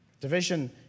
Division